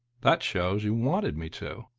that shows you wanted me to,